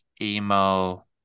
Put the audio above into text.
emo